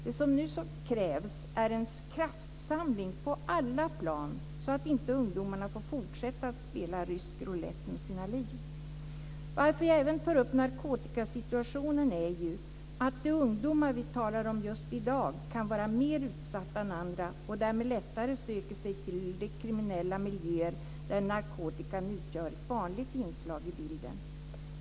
Det som nu krävs är en kraftansamling på alla plan så att inte ungdomarna får fortsätta att spela rysk roulette med sina liv. Varför jag även tar upp narkotikasituationen är ju att de ungdomar som vi talar om just i dag kan vara mer utsatta än andra och därmed kan de lättare söka sig till de kriminella miljöer där narkotikan utgör ett vanligt inslag i bilden.